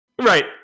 Right